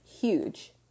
huge